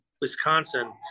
Wisconsin